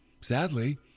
Sadly